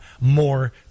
more